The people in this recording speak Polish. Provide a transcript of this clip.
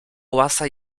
łasa